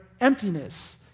emptiness